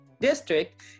district